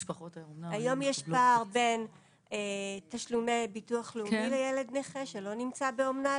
היום יש פער בין תשלומי ביטוח לאומי לילד נכה שלא נמצא באומנה,